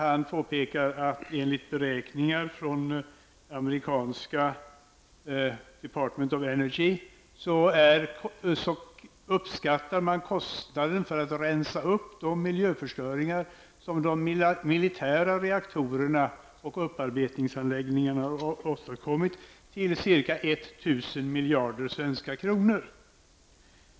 Han påpekade att enligt beräkningar från amerikanska Department of Energy uppskattar man kostnaden för att rensa upp de miljöförstöringar som de militära reaktorerna och upparbetningsanläggningarna åstadkommit till ca 1 000 miljarder svenska kronor.